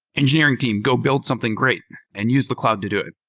engineering team, go build something great and use the cloud to do it.